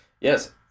Yes